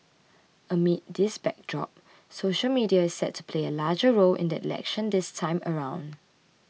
amid this backdrop social media is set to play a larger role in the election this time around